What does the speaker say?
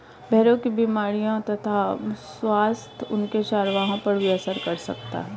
भेड़ों की बीमारियों तथा स्वास्थ्य उनके चरवाहों पर भी असर कर सकता है